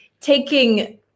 taking